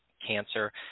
cancer